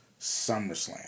SummerSlam